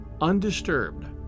undisturbed